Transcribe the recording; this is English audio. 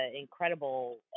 incredible